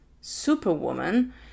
superwoman